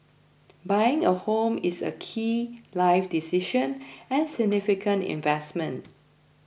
buying a home is a key life decision and significant investment